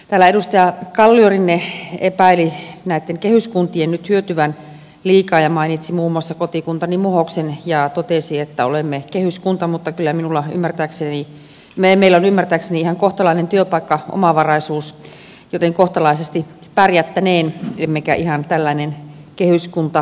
täällä edustaja kalliorinne epäili kehyskuntien nyt hyötyvän liikaa ja mainitsi muun muassa kotikuntani muhoksen ja totesi että olemme kehyskunta mutta kyllä meillä on ymmärtääkseni ihan kohtalainen työpaikkaomavaraisuus joten kohtalaisesti pärjättäneen emmekä ihan tällainen kehyskunta sinällänsä ole